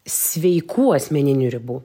sveikų asmeninių ribų